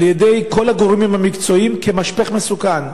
על-ידי כל הגורמים המקצועיים, כ"משפך מסוכן".